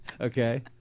Okay